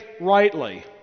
rightly